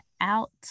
out